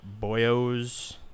boyos